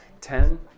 Ten